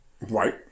Right